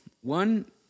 one